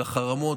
של החרמות,